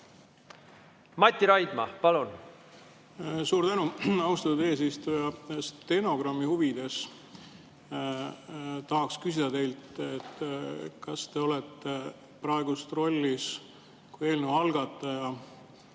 Mati Raidma, palun! Suur tänu, austatud eesistuja! Stenogrammi huvides tahaksin küsida teilt, kas te olete praegu eelnõu algataja